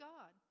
God